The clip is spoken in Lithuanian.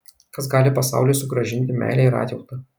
kas gali pasauliui sugrąžinti meilę ir atjautą